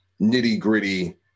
nitty-gritty